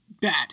bad